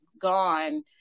gone